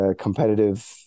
competitive